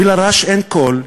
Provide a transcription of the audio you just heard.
ולרש אין כול,